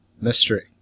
mystery